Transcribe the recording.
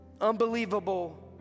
unbelievable